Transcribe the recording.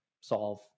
solve